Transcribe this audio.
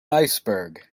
iceberg